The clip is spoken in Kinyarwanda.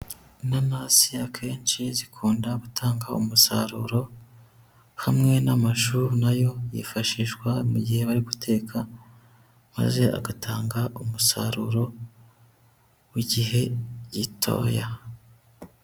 Inanasia akenshi zikunda gutanga umusaruro, hamwe n'amashu nayo yifashishwa mu gihe bari guteka maze agatanga umusaruro w'igihe gitoya.